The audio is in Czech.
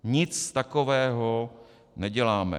Nic takového neděláme.